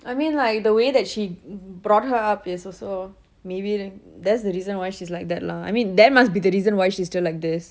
I mean like the way that she brought her up is also maybe that's the reason why she's like that lah I mean that must be the reason why she's still like this